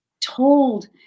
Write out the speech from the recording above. told